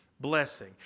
blessing